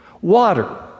Water